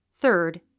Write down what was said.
Third